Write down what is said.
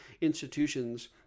institutions